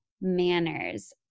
manners